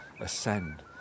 ascend